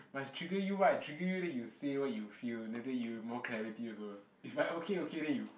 must trigger you right trigger you then you say what you feel then later you have more clarity also if I okay okay then you